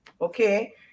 okay